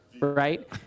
right